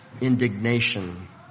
indignation